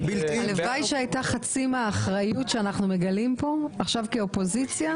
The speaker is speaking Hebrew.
הלוואי שהייתה חצי מהאחריות שאנחנו מגלים פה עכשיו כאופוזיציה,